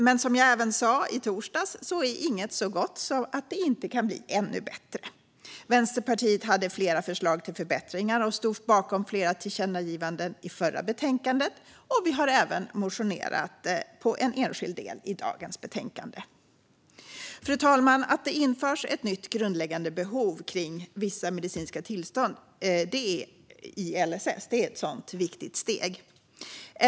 Men som jag sa även i torsdags är inget så gott att det inte kan bli ännu bättre. Vänsterpartiet hade flera förslag till förbättringar och stod bakom flera förslag till tillkännagivanden i det förra betänkandet, och vi har även motionerat på en enskild del i dagens betänkande. Fru talman! Att det införs ett nytt grundläggande behov kring vissa medicinska tillstånd i LSS är ett sådant viktigt steg.